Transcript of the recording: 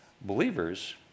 believers